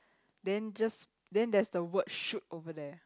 then just then there's the word shoot over there